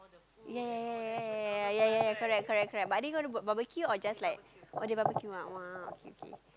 ya ya ya ya ya ya ya ya correct correct but are they going to book barbecue or just like oh they barbecue ah !wah! okay okay